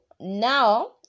now